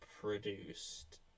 produced